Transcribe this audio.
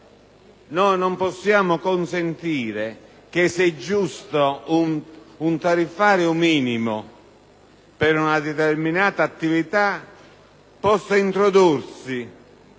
fa. Non possiamo consentire che, se è giusto un tariffario minimo per una determinata attività, possa introdursi,